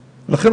לכן,